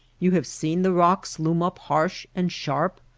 you have seen the rocks loom up harsh and sharp,